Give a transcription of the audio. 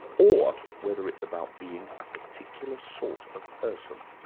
or whether it's about being a particular sort of person?